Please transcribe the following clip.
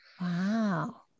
Wow